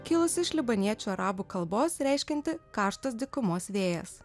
kilusį iš libaniečių arabų kalbos reiškiantį karštas dykumos vėjas